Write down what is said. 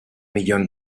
millón